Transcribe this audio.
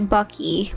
Bucky